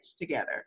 together